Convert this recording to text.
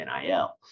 NIL